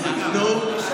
רק הוותיקים יודעים את זה.